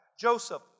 Joseph